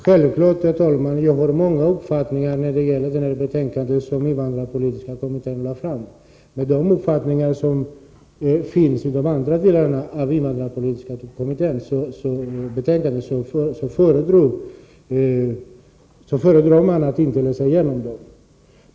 Herr talman! Självfallet har jag många uppfattningar när det gäller det betänkande som invandrarpolitiska kommittén lade fram, men de uppfattningar som finns återgivna i de andra delarna av betänkandet föredrar man att inte läsa igenom.